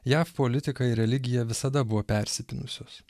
jav politika ir religija visada buvo persipynusios